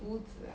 屋子啊